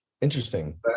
Interesting